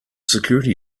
security